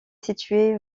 située